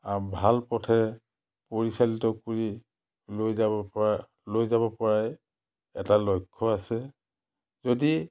ভাল পথে পৰিচালিত কৰি লৈ যাব পৰা লৈ যাব পৰাই এটা লক্ষ্য আছে যদি